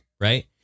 Right